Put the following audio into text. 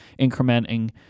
incrementing